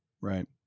Right